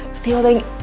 feeling